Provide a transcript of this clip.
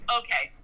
okay